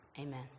Amen